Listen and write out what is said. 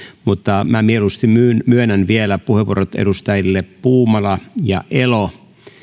mutta mieluusti myönnän myönnän vielä puheenvuorot edustajille puumala ja elo